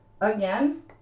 again